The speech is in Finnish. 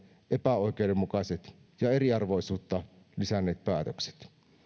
epäoikeudenmukaiset ja eriarvoisuutta lisänneet päätökset